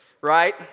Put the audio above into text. right